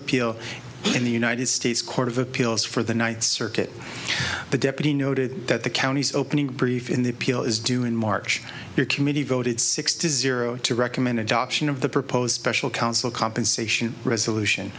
appeal in the united states court of appeals for the ninth circuit the deputy noted that the county's opening brief in the appeal is due in march your committee voted sixty zero to recommend adoption of the proposed special council compensation resolution